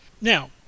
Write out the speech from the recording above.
Now